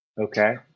Okay